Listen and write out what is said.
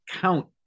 count